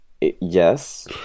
Yes